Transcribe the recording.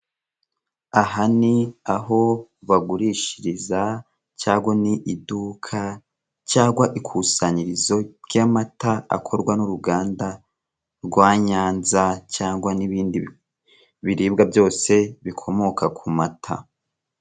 Aha ni aho bagurishiriza, cyangwa ni iduka, cyangwa ikusanyirizo ry'amata akorwa n'uruganda rwa Nyanza, cyangwa n'ibindi biribwa byose bikomoka ku mata.